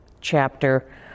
chapter